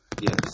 Yes